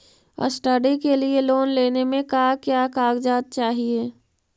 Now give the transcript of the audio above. Study के लिये loan लेने मे का क्या कागजात चहोये?